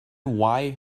why